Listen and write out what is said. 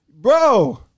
bro